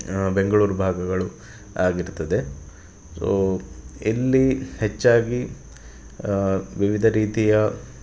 ಬೆಂಗಳೂರು ಭಾಗಗಳು ಆಗಿರ್ತದೆ ಸೋ ಇಲ್ಲಿ ಹೆಚ್ಚಾಗಿ ವಿವಿಧ ರೀತಿಯ